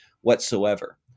whatsoever